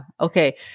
Okay